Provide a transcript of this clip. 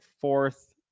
fourth